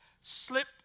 slip